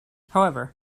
however